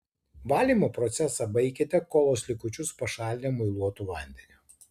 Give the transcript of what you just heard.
valymo procesą baikite kolos likučius pašalinę muiluotu vandeniu